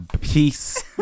peace